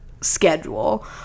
schedule